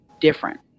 different